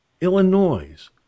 Illinois